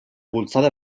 bultzada